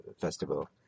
festival